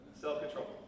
self-control